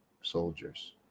Soldiers